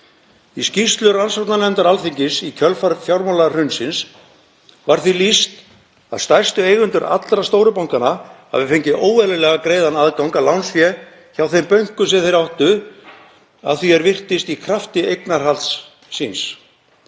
Í skýrslu rannsóknarnefndar Alþingis í kjölfar fjármálahrunsins var því lýst að stærstu eigendur allra stóru bankanna hefðu fengið óeðlilega greiðan aðgang að lánsfé hjá þeim bönkum sem þeir áttu, að því er virtist í krafti eignarhalds síns.